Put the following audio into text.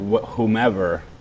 whomever